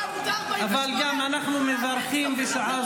אנחנו נתמוך בעמותה 48. אבל אנחנו גם מברכים בשעה